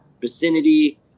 vicinity